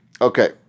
Okay